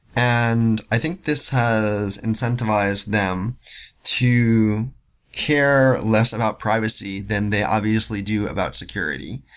and i think this has incentivized them to care less about privacy than they obviously do about security.